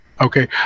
okay